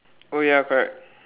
oh ya correct